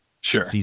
Sure